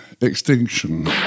extinction